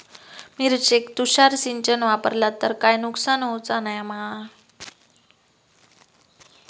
मिरचेक तुषार सिंचन वापरला तर काय नुकसान होऊचा नाय मा?